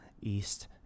East